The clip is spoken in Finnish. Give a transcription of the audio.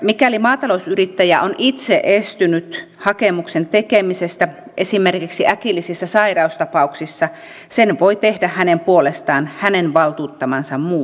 mikäli maatalousyrittäjä on itse estynyt hakemuksen tekemisestä esimerkiksi äkillisissä sairaustapauksissa sen voi tehdä hänen puolestaan hänen valtuuttamansa muu taho